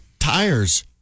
Tires